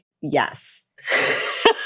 Yes